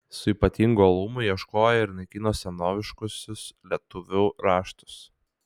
su ypatingu uolumu ieškojo ir naikino senoviškuosius lietuvių raštus